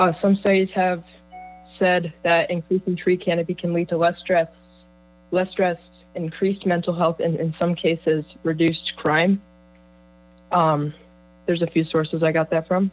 slide some states have said that increasing tree cannot be can lead to less stress less stress increased mental health and in some cases reduced crime there's a few sources i got that from